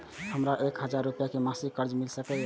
हमरा एक हजार रुपया के मासिक कर्ज मिल सकिय?